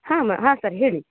ಹಾಂ ಮಾ ಹಾಂ ಸರ್ ಹೇಳಿ